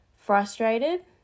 frustrated